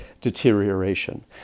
deterioration